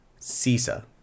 CISA